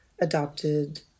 adopted